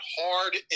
hard